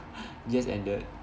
just ended